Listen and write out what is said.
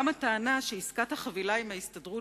גם הטענה כי עסקת החבילה עם ההסתדרות